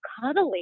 cuddly